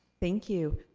thank you.